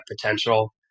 potential